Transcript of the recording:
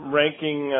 ranking